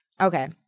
Okay